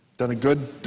done a good